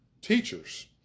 teachers